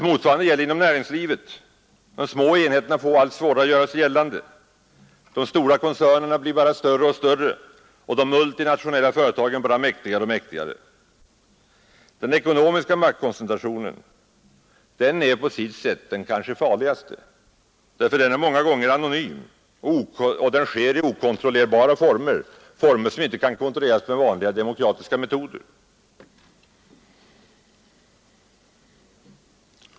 Motsvarande gäller inom näringslivet. De små enheterna får allt svårare att göra sig gällande, de stora koncernerna blir bara större och större och de multinationella företagen bara mäktigare och mäktigare. Den ekonomiska maktkoncentrationen är på sitt sätt den kanske farligaste därför att den är många gånger anonym och den sker i okontrollerbara former, former som inte kan kontrolleras med vanliga demokratiska metoder.